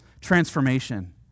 transformation